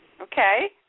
Okay